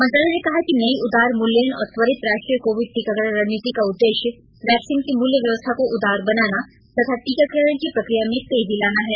मंत्रालय ने कहा कि नई उदार मुल्यन और त्वरित राष्ट्रीय कोविड टीकाकरण रणनीति का उद्देश्य वैक्सीन की मूल्य व्यवस्था को उदार बनाना तथा टीकाकरण की प्रक्रिया में तेजी लाना है